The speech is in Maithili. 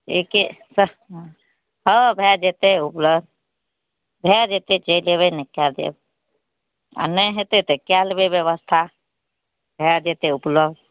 एके हँ भऽ जेतै उपलब्ध भऽ जेतै चलि अयबै ने कऽ देब आ नहि हेतै तऽ कए लेबै व्यवस्था भऽ जेतै उपलब्ध